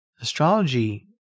astrology